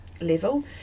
level